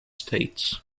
states